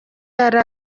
yari